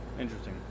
interesting